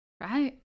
right